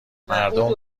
مردم